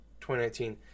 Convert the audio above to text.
2019